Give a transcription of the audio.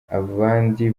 abandi